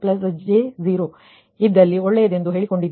05j0 ಇದ್ದಲ್ಲಿ ಒಳ್ಳೆಯದೆಂದು ಹೇಳಿಕೊಂಡಿದ್ದೆವು